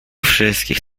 wszystkich